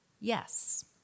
Yes